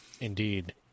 Indeed